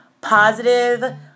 Positive